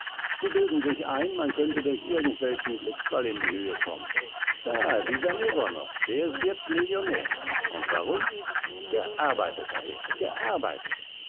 sie bilden sich ein man könnte durch irgendwelchen glücksfall in die höhe kommen da dieser mironow der ist jetzt millionär und warum gearbeitet hat er gearbeitet